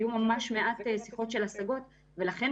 היו ממש מעט שיחות של השגות ולכן,